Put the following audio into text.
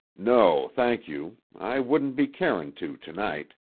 no, thank you. i wouldn't be carin' to to-night.